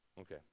Okay